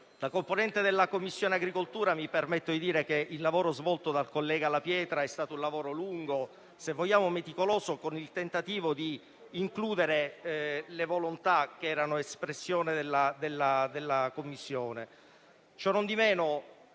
Da componente della Commissione agricoltura, mi permetto di dire che quello svolto dal collega La Pietra è stato un lavoro lungo e meticoloso, con il tentativo di includere le volontà che erano espressione della Commissione. Cionondimeno,